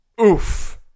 Oof